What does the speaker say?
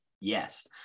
Yes